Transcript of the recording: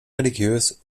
religiös